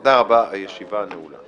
אין הבקשה להתפלגות סיעת יהדות התורה,